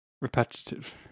Repetitive